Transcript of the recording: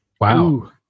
Wow